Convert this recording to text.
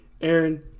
Aaron